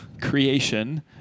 creation